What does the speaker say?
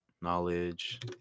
Knowledge